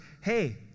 hey